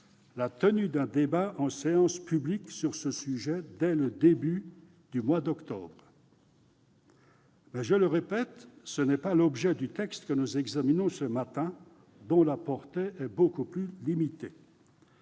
la tenue d'un débat en séance publique sur ce sujet dès le début du mois d'octobre. Mais- je le répète -tel n'est pas l'objet du texte que nous examinons ce matin, dont la portée est beaucoup plus limitée.